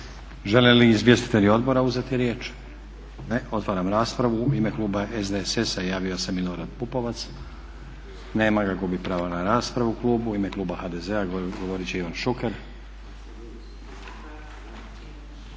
Žele li izvjestitelji odbora uzeti riječ? Ne. Otvaram raspravu. U ime kluba SDSS-a javio se Milorad Pupovac. Nema ga, gubi pravo na raspravu klub. U ime kluba HDZ-a govorit će Ivan Šuker.